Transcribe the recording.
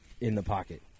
in-the-pocket